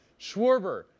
Schwarber